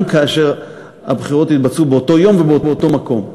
גם כאשר הבחירות התבצעו באותו יום ובאותו מקום.